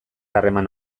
harreman